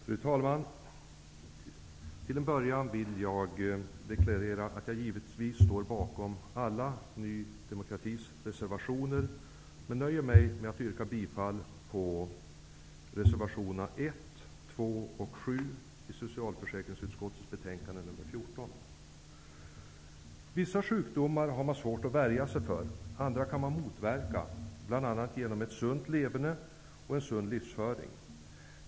Fru talman! Till en början vill jag deklarera att jag givetvis står bakom alla Ny demokratis reservationer, men jag nöjer mig med att yrka bifall till reservationerna 1, 2 och 7 i socialförsäkringsutskottets betänkande 14. Vissa sjukdomar har man svårt att värja sig för. Andra kan man motverka bl.a. genom ett sunt leverne och en sund livsföring.